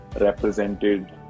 represented